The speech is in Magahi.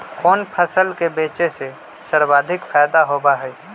कोन फसल के बेचे से सर्वाधिक फायदा होबा हई?